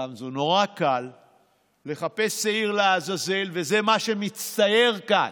גמזו, לחפש שעיר לעזאזל, וזה מה שמצטייר כאן.